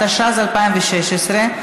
התשע"ז 2016,